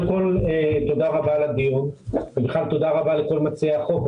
תודה רבה על הדיון ולכל מציעי החוק.